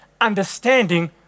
understanding